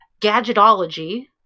Gadgetology